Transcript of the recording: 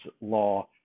law